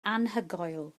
anhygoel